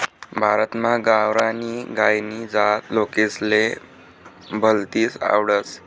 भारतमा गावरानी गायनी जात लोकेसले भलतीस आवडस